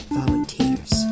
volunteers